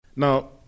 Now